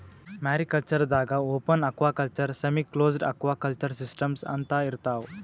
mariculture ದಾಗಾ open aquaculture, semiclosed aquaculture systems ಅಂತಾ ಇರ್ತವ್